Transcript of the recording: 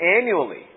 annually